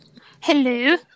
Hello